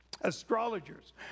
astrologers